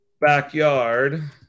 backyard